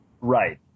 Right